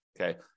Okay